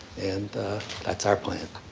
and that's our plan.